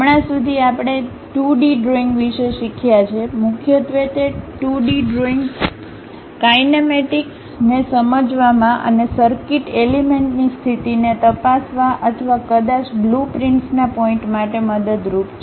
હમણાં સુધી આપણે 2 ડી ડ્રોઈંગ વિશે શીખ્યા છે મુખ્યત્વે તે 2D ડ્રોઈંગ કાઈનેમેટીકસ ને સમજવામાં અને સર્કિટ એલિમેન્ટની સ્થિતિને તપાસવા અથવા કદાચ બ્લુપ્રિન્ટ્સના પોઇટ માટે મદદરૂપ છે